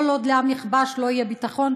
כל עוד לעם נכבש לא יהיה ביטחון,